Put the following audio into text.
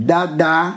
Dada